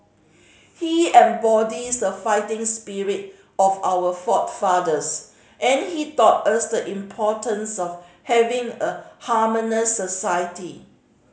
he embodies the fighting spirit of our forefathers and he taught us the importance of having a harmonious society